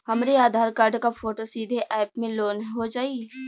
हमरे आधार कार्ड क फोटो सीधे यैप में लोनहो जाई?